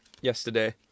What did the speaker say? yesterday